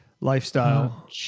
lifestyle